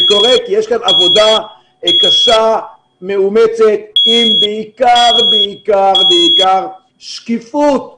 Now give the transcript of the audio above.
זה קורה כי יש כאן עבודה קשה ומאומצת עם בעיקר שקיפות לתושבים.